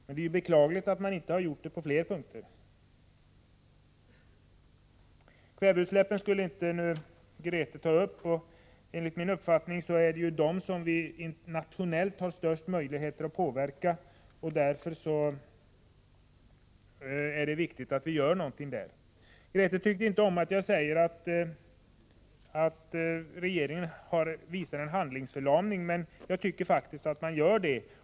Det är bara beklagligt att man inte gjort det på fler punkter. Kväveutsläppen skulle inte Grethe Lundblad ta upp, och enligt min uppfattning är det ju dem som vi internationellt har de största möjligheterna att påverka. Därför är det viktigt att vi gör något. Grethe Lundblad tycker inte om att jag säger att regeringen visar handlingsförlamning, men jag tycker faktiskt att den gör det.